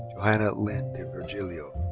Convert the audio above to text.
johanna lynn divirgilio.